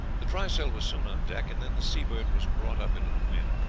the trysail was soon on deck, and then the seabird was brought up into the wind,